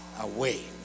away